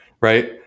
right